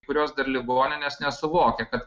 kurios dar ligoninės nesuvokia kad